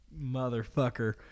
motherfucker